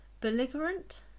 belligerent